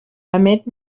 emet